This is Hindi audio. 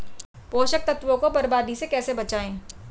पोषक तत्वों को बर्बादी से कैसे बचाएं?